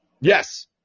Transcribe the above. Yes